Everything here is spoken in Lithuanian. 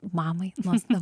mamai nuosta